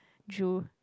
drool